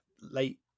late